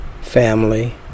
family